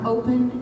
open